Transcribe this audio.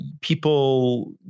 people